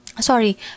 sorry